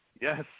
yes